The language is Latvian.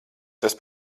tas